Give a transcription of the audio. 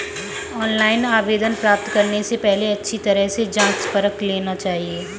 online आवेदन प्राप्त करने से पहले अच्छी तरह से जांच परख लेना चाहिए